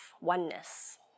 oneness